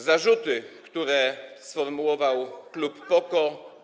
Zarzuty, które sformułował klub PO-KO.